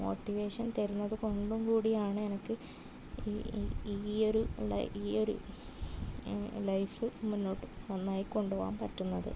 motivation തരുന്നത് കൊണ്ടും കൂടിയാണ് എനിക്ക് ഈ ഈ ഈ ഒരു ഈ ഒരു ലൈഫ് മുന്നോട്ട് നന്നായി കൊണ്ടുപോവാൻ പറ്റുന്നത്